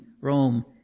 Rome